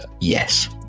Yes